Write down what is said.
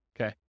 Okay